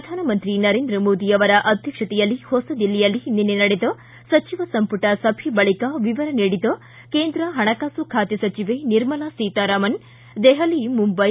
ಪ್ರಧಾನಮಂತ್ರಿ ನರೇಂದ್ರ ಮೋದಿ ಅವರ ಅಧ್ಯಕ್ಷತೆಯಲ್ಲಿ ಹೊಸದಿಲ್ಲಿಯಲ್ಲಿ ನಿನ್ನೆ ನಡೆದ ಸಚಿವ ಸಂಪುಟ ಸಭೆಯ ಬಳಿಕ ವಿವರ ನೀಡಿದ ಕೇಂದ್ರ ಹಣಕಾಸು ಖಾತೆ ಸಚಿವೆ ನಿರ್ಮಲಾ ಸೀತಾರಾಮನ್ ದೆಹಲಿ ಮುಂಬೈ